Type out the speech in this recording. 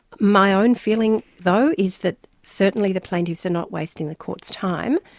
my own feeling, though, is that, certainly the plaintiffs are not wasting the court's time,